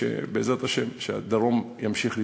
בעזרת השם, שהדרום ימשיך להתפתח.